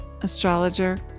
astrologer